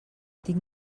tinc